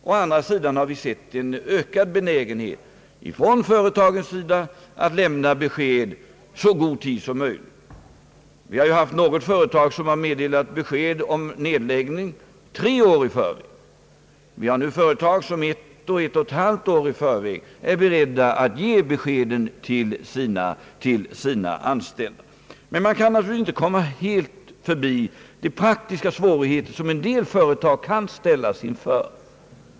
Å andra sidan har vi sett en ökad benägenhet hos företagen att lämna besked i så god tid som möjligt. Något företag har meddelat besked om nedläggning tre år i förväg. Det finns företag som ett och ett halvt år i förväg är beredda att ge besked till sina anställda. Men man kan naturligtvis inte helt förbigå de praktiska svårigheter som en del företag kan ställas inför.